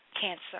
cancer